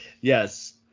Yes